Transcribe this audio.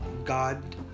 God